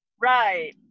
Right